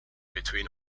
between